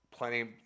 plenty